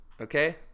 okay